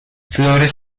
flores